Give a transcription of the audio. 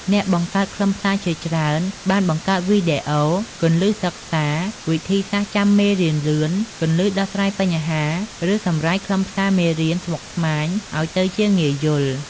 អ្នកបង្កើតខ្លឹមសារជាច្រើនបានបង្កើតវីដេអូ គន្លឹះសិក្សា វិធីសាស្រ្តចាំមេរៀនលឿន គន្លឹះដោះស្រាយបញ្ហា ឬសម្រាយខ្លឹមសារមេរៀនស្មុគស្មាញឲ្យទៅជាងាយយល់។